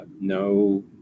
no